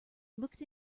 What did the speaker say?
looked